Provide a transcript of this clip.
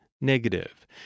negative